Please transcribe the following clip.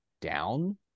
down